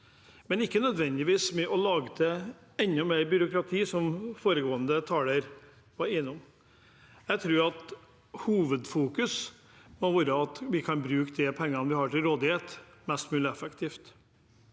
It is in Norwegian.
men ikke nødvendigvis ved å lage enda mer byråkrati, som foregående taler var innom. Jeg tror hovedfokuset må være at vi kan bruke de pengene vi har til rådighet, mest mulig effektivt.